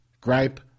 gripe